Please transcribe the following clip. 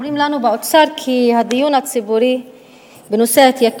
אומרים לנו באוצר כי הדיון הציבורי בנושא עליית